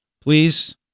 Please